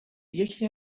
یکی